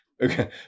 Okay